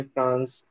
France